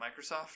microsoft